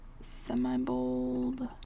semi-bold